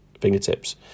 fingertips